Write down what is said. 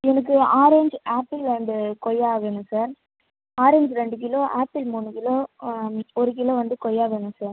எனக்கு orange apple and கொய்யா வேணும் சார் ஆரஞ்ச் ரெண்டு கிலோ ஆப்பிள் மூணு கிலோ ஒரு கிலோ வந்து கொய்யா வேணும் சார்